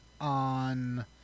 on